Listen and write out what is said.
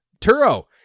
Turo